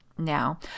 now